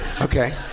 okay